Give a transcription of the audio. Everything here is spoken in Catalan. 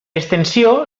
extensió